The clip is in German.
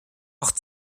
auch